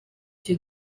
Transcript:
icyo